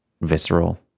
visceral